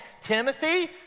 Timothy